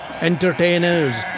entertainers